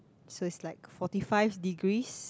so is like forty five degrees